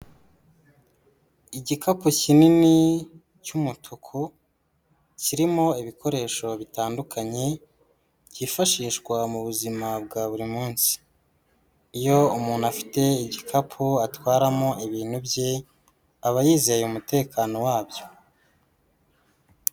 Igikapu kinini cy'umutuku, kirimo ibikoresho bitandukanye, byifashishwa mu buzima bwa buri munsi. Iyo umuntu afite igikapu atwaramo ibintu bye, aba yizeye umutekano wabyo.